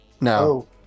no